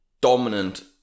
Dominant